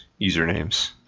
usernames